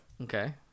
Okay